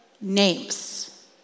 names